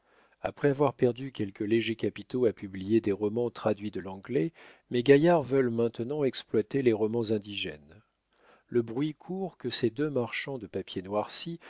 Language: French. après avoir perdu quelques légers capitaux à publier des romans traduits de l'anglais mes gaillards veulent maintenant exploiter les romans indigènes le bruit court que ces deux marchands de papier noirci